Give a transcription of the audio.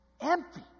Empty